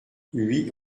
huit